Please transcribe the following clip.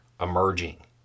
emerging